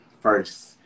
first